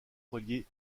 reliée